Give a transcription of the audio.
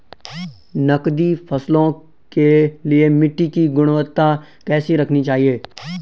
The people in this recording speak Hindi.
नकदी फसलों के लिए मिट्टी की गुणवत्ता कैसी रखनी चाहिए?